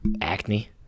Acne